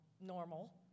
normal